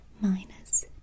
minus